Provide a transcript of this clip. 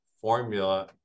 formula